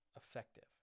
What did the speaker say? effective